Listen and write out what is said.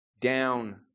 down